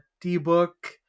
D-Book